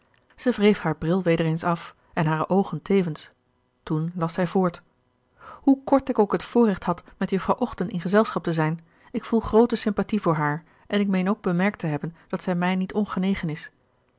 zij wreef haar bril weder eens af en hare oogen tevens toen las zij voort hoe kort ik ook het voorrecht had met jufvrouw ochten in gezelschap te zijn ik voel groote sympathie voor haar en ik meen ook bemerkt te hebben dat zij mij niet ongenegen is